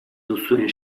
duzuen